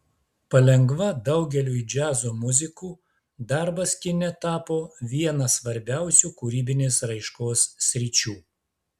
palengva daugeliui džiazo muzikų darbas kine tapo viena svarbiausių kūrybinės raiškos sričių